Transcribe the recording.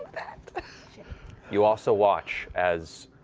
matt you also watch as